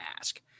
ask